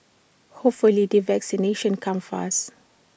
hopefully the vaccinations come fast